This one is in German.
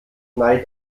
neid